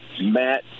Matt